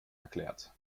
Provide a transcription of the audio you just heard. erklärt